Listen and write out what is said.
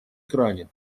кране